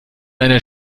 einer